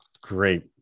great